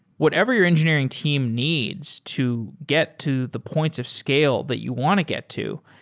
whatever your engineering team needs to get to the points of scale that you want to get to,